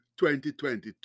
2022